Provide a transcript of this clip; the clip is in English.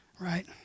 Right